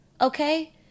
Okay